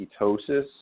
ketosis